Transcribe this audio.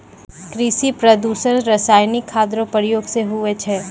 कृषि प्रदूषण रसायनिक खाद रो प्रयोग से हुवै छै